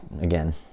Again